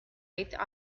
eight